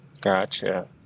gotcha